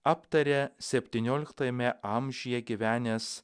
aptarė septynioliktajame amžiuje gyvenęs